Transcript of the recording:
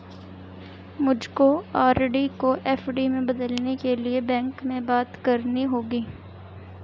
मुझको आर.डी को एफ.डी में बदलने के लिए बैंक में बात करनी होगी